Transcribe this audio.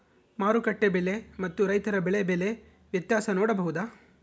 ಮಾರುಕಟ್ಟೆ ಬೆಲೆ ಮತ್ತು ರೈತರ ಬೆಳೆ ಬೆಲೆ ವ್ಯತ್ಯಾಸ ನೋಡಬಹುದಾ?